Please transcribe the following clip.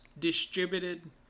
distributed